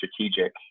strategic